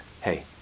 hey